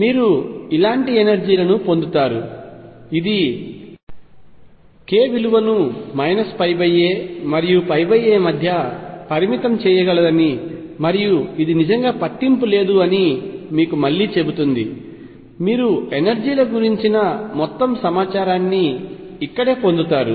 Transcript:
మీరు ఇలాంటి ఎనర్జీ లను పొందుతారు ఇది k విలువను π a మరియు a మధ్య పరిమితం చేయగలదని మరియు ఇది నిజంగా పట్టింపు లేదు అని మీకు మళ్లీ చెబుతుంది మీరు ఎనర్జీల గురించిన మొత్తం సమాచారాన్ని ఇక్కడే పొందుతారు